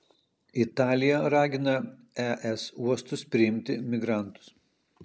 italija ragina es uostus priimti migrantus